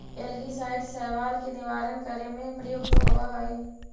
algicide शैवाल के निवारण करे में प्रयुक्त होवऽ हई